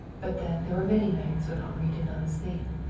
but then there were many nights when henri did not sleep.